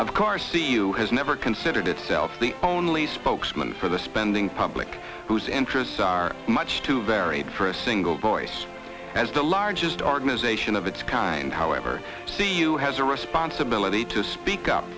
of course the e u has never considered itself the only spokesman for the spending public whose interests are much too varied for a single voice as the largest organization of its kind however c u has a responsibility to speak up